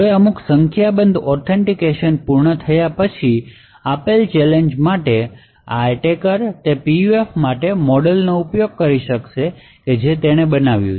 હવે અમુક સંખ્યાબંધ ઓથેન્ટિકેટ પૂર્ણ થયા પછી આપેલ ચેલેંજ માટે આ એટેકર તે PUF માટે મોડેલનો ઉપયોગ કરી શકે છે જેણે તે બનાવ્યું છે